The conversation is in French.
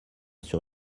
sur